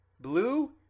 Blue